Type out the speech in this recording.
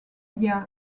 via